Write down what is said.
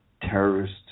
terrorist